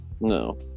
no